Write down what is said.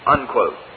Unquote